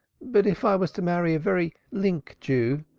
but if i was to marry a very link jew,